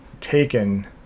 taken